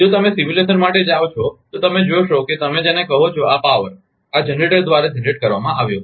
જો તમે સિમ્યુલેશન માટે જાઓ છો તો તમે જોશો કે તમે જેને કહો છો આ પાવર આ જનરેટર દ્વારા જનરેટ કરવામાં આવ્યો હતો